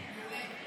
מעולה.